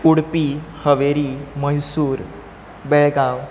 Udupi Haveri Mysore Belgaum